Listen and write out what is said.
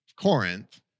Corinth